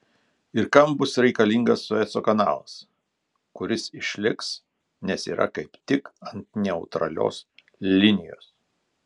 ir kam bus reikalingas sueco kanalas kuris išliks nes yra kaip tik ant neutralios linijos